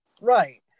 Right